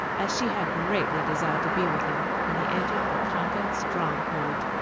as she had greatly desired to be with him when he entered the conquered stronghold.